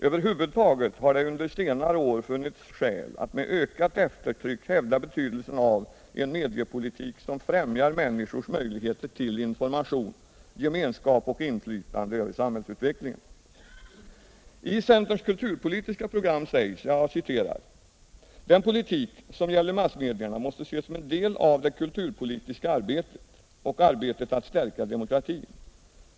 Över huvud taget har det under senare år funnits skäl att med ökat eftertryck hävda betydelsen av en mediepolitik som främjar människors möjligheter till information, gemenskap och inflytande över samhällsutvecklingen. I centerns kulturpolitiska program sägs: ”Den politik som gäller massmedierna måste ses som en del av det kulturpolitiska arbetet och arbetet att stärka demokratin.